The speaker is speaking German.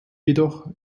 jedoch